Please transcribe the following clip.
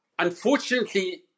Unfortunately